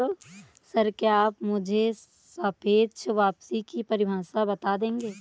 Sir, क्या आप मुझे सापेक्ष वापसी की परिभाषा बता देंगे?